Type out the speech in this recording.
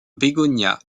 bégonia